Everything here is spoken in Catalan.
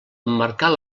emmarcar